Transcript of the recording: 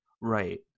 Right